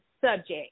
subject